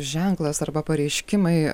ženklas arba pareiškimai